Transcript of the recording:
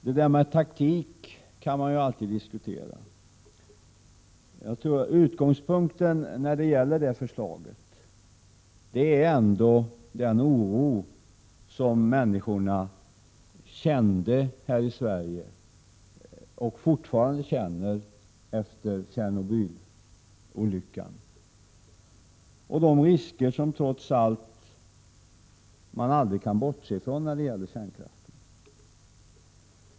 Detta med taktik kan man alltid diskutera, men jag tror att utgångspunkten när det gäller detta förslag ändå är den oro som människor kände och fortfarande känner här i Sverige efter Tjernobylolyckan och de risker som man trots allt aldrig kan bortse ifrån när det gäller kärnkraften.